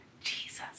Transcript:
Jesus